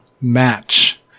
match